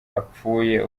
apfuye